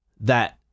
that-